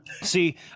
See